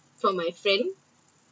from my friend